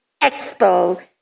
expo